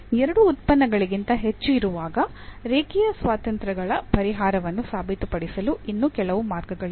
ಎರಡು ಉತ್ಪನ್ನಗಳಿಗಿಂತ ಹೆಚ್ಚು ಇರುವಾಗ ರೇಖೀಯ ಸ್ವಾತಂತ್ರ್ಯಗಳ ಪರಿಹಾರವನ್ನು ಸಾಬೀತುಪಡಿಸಲು ಇನ್ನೂ ಕೆಲವು ಮಾರ್ಗಗಳಿವೆ